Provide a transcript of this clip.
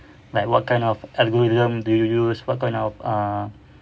like what kind of algorithm do you use what kind of